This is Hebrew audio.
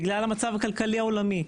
בגלל המצב הכלכלי העולמי,